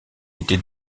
était